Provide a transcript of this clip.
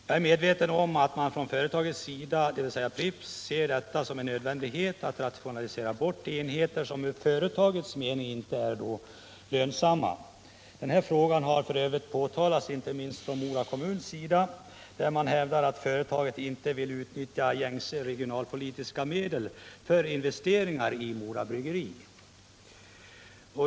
Jag är medveten om att man från företaget, dvs. Pripps, ser det som en nödvändighet att rationalisera bort enheter som ur företagets synpunkt inte är lönsamma. Detta har f. ö. påpekats inte minst från Mora kommun, som hävdar att företaget inte vill utnyttja gängse regionalpolitiska medel för investeringar i Mora Bryggeri.